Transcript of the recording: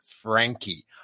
Frankie